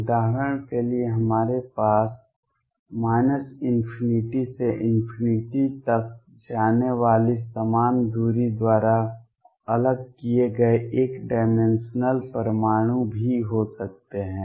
उदाहरण के लिए हमारे पास ∞ से ∞ तक जाने वाली समान दूरी द्वारा अलग किए गए एक डाइमेंशनल परमाणु भी हो सकते हैं